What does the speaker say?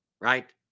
right